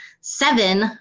seven